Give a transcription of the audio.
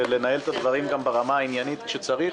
-- ולנהל את הדברים גם ברמה העניינית כשצריך,